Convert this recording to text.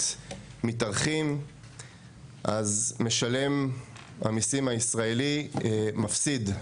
מתארכים אז משלם המיסים הישראלי מפסיד.